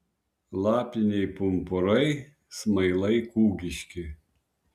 lapiniai pumpurai smailai kūgiški